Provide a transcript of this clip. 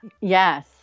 Yes